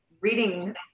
reading